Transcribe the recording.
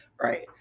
Right